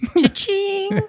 Cha-ching